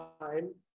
time